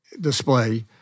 display